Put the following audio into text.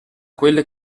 quelle